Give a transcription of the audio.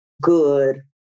good